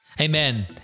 Amen